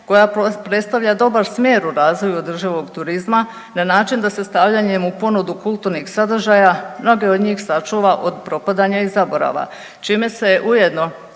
koja predstavlja dobar smjer u razvoju održivog turizma na način da se stavljanjem u ponudu kulturnih sadržaja mnoge od njih sačuva od propadanja i zaborava čim se ujedno